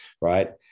right